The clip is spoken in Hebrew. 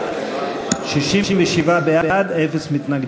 מה תוצאות